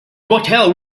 motel